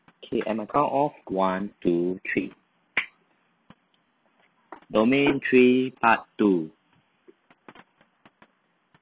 K and my count of one two three domain three part two